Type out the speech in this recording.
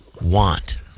want